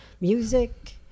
music